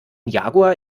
jaguar